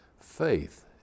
Faith